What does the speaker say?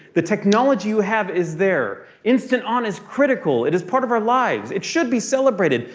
the technology you have is there. instant on is critical. it is part of our lives. it should be celebrated,